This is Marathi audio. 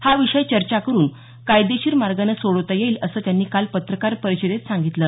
हा विषय चर्चा करून कायदेशीर मार्गाने सोडवता येईल असं त्यांनी काल पत्रकार परिषदेत सांगितलं